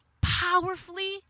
powerfully